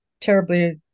terribly